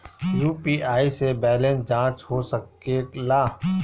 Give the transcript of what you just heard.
UPI से balance जाँच हो सके ला?